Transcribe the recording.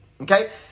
okay